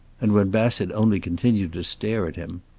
and, when bassett only continued to stare at him